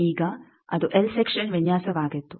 ಈಗ ಅದು L section ವಿನ್ಯಾಸವಾಗಿತ್ತು